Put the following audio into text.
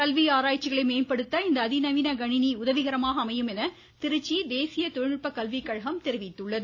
கல்வி ஆராய்ச்சிகளை மேம்படுத்த இந்த அதி நவீன கணினி உதவிகரமாக அமையும் என திருச்சி தேசிய தொழில்நுட்ப கல்விகழகம் தெரிவித்துள்ளது